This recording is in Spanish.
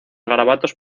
garabatos